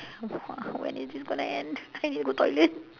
!wah! when is this going to end I need to go toilet